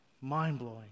Mind-blowing